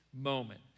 moment